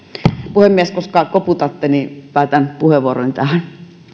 puhemies koska koputatte päätän puheenvuoroni tähän